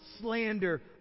slander